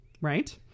right